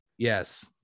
yes